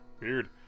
weird